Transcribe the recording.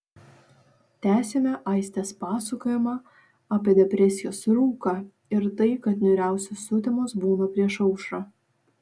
tęsiame aistės pasakojimą apie depresijos rūką ir tai kad niūriausios sutemos būna prieš aušrą